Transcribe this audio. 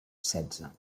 setze